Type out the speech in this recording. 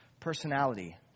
personality